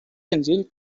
senzill